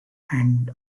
and